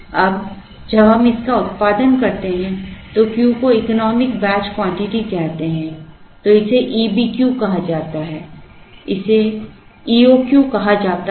अब जब हम इसका उत्पादन करते हैं तो Q को इकोनॉमिक बैच क्वांटिटी कहते हैं तो इसे EBQ कहा जाता है इसे EOQ कहा जाता था